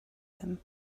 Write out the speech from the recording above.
them